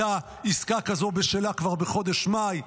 שעסקה כזאת הייתה בשלה כבר בחודש מאי.